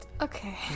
Okay